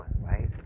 Right